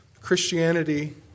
Christianity